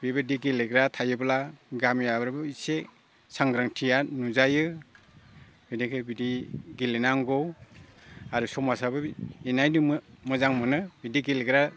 बेबायदि गेलेग्रा थायोब्ला गामिआरियावबो एसे सांग्रांथिया नुजायो जेनेखे बिदि गेलेनांगौ आरो समाजाबो इनायदुंबो मोजां मोनो बिदि गेलेग्रा